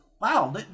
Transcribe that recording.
wow